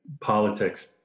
politics